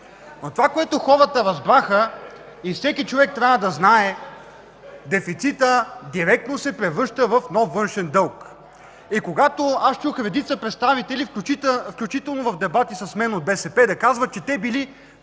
Това, което хората разбраха и всеки човек трябва да знае – дефицитът директно се превръща в нов външен дълг. Когато аз чух редица представители от БСП, включително в дебати с мен, да казват, че те били